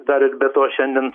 dar ir be to šiandien